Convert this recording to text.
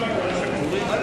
להביע